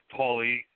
Paulie